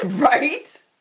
Right